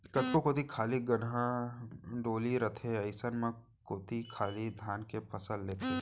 कतको कोती खाली धनहा डोली रथे अइसन म ओती खाली धाने के फसल लेथें